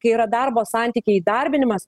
kai yra darbo santykiai įdarbinimas